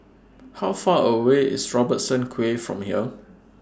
How Far away IS Robertson Quay from here